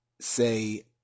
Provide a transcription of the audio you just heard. say